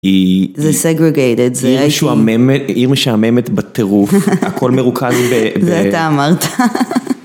היא... זה Segregated. זה היא משעממת בטירוף, הכל מרוכז ב.. זה אתה אמרת.